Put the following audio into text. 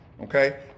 okay